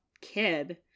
kid